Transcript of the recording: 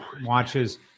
watches